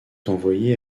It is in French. envoyé